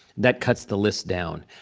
that cuts the list down.